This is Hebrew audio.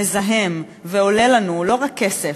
מזהם ועולה לנו לא רק כסף,